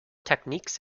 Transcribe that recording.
techniques